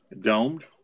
Domed